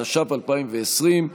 התש"ף 2020,